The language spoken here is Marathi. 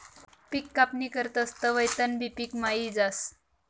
पिक कापणी करतस तवंय तणबी पिकमा यी जास